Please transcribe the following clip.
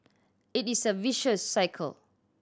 it is a vicious cycle